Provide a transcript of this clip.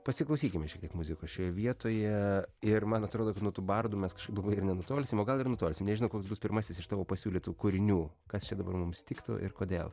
pasiklausykime šiek tiek muzikos šioje vietoje ir man atrodo kad nuo tų bardų mes kažkaip labai ir nenutolsim o gal ir nutolsim nežinau koks bus pirmasis iš tavo pasiūlytų kūrinių kas čia dabar mums tiktų ir kodėl